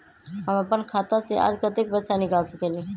हम अपन खाता से आज कतेक पैसा निकाल सकेली?